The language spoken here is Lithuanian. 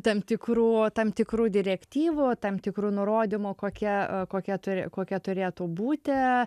tam tikrų tam tikrų direktyvų tam tikrų nurodymų kokie kokia turi kokia turėtų būti